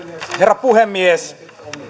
herra puhemies